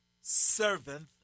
servant